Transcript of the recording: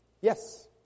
Yes